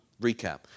recap